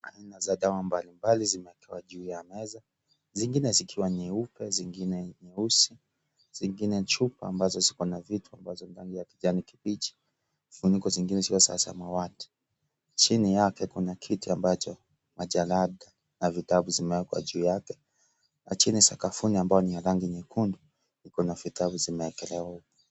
Aina za dawa mbalimbali zimeekwa juu ya meza zingine zikiwa nyeupe zingine nyeusi zingine chupa ambazo ziko na vitu ambazo ndani ya kijani kibichi vifuniko zingine si za samawati chini yake kuna kiti ambacho majalada na vitabu vimeekwa juu yake lakini sakafuni ambayo ni ya rangi nyekundu liko na vitabu zimeekelewa huko.